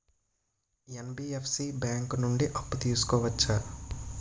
NBFC bank నుండి అప్పు తీసుకోవచ్చా?